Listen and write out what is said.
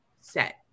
set